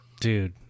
Dude